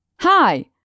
Hi